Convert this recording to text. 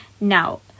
Now